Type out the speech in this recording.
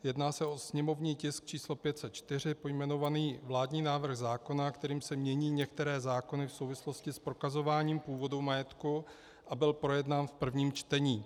Jedná se o sněmovní tisk č. 504, pojmenovaný vládní návrh zákona, kterým se mění některé zákony v souvislosti s prokazováním původu majetku, a byl projednán v prvním čtení.